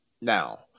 now